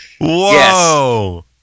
whoa